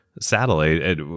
satellite